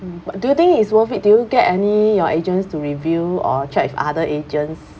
mm what do you think is worth it do you get any your agents to review or check with other agents